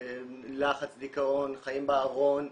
לחץ, דיכאון, חיים בארון,